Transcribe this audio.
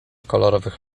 kolorowych